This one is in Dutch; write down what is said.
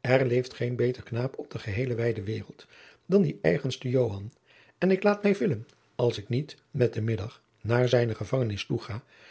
er leeft geen beter knaap op de geheele wijde waereld dan die eigenste joan en ik laat mij villen als ik niet met den middag naar zijne gevangenis toega en